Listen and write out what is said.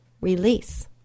release